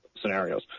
scenarios